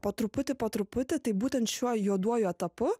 po truputį po truputį tai būtent šiuo juoduoju etapu